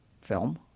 film